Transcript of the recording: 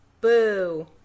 Boo